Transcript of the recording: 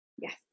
Yes